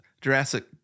Jurassic